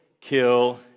kill